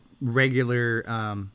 regular